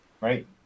right